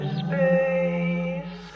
space